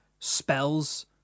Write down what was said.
spells